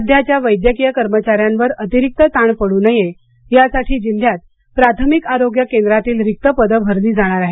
सध्याच्या वैद्यकीय कर्मचाऱ्यांवर अतिरिक्त ताण पडू नये यासाठी जिल्ह्यात प्राथमिक आरोग्य केंद्रातील रिक्त पदं भरली जाणार आहेत